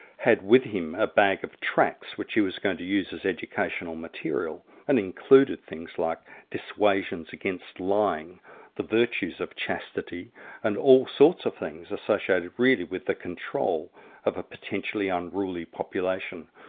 had with him a bag of tracts which he was going to use as educational material, and included things like dissuasions against lying the virtues of chastity and all sorts of things associated really with the control of a potentially unruly population.